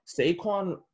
Saquon